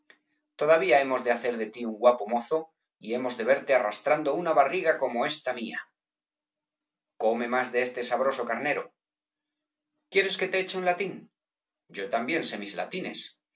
todavía hemos de hacer de ti un guapo mozo y hemos de verte arrastrando una barriga como esta mía come más de este sabroso carnero quieres que te eche un latín yo también sé mis latines